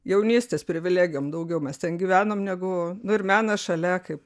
jaunystės privilegijom daugiau mes ten gyvenom negu nu ir menas šalia kaip